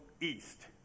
east